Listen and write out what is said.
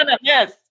yes